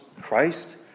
Christ